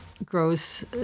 grows